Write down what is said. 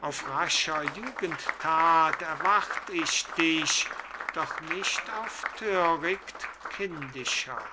auf rascher jugendthat erwart ich dich doch nicht auf thöricht kindischer